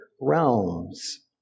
realms